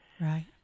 Right